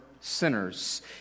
sinners